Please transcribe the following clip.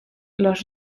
los